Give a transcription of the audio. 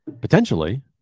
Potentially